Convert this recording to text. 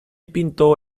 pintó